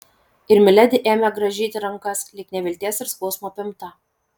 ir miledi ėmė grąžyti rankas lyg nevilties ir skausmo apimta